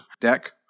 deck